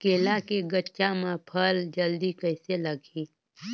केला के गचा मां फल जल्दी कइसे लगही?